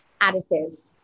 additives